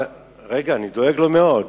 אני דואג לו מאוד,